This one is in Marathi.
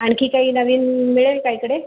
आणखी काही नवीन मिळेल काय इकडे